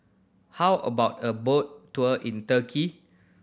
how about a boat tour in Turkey